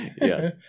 Yes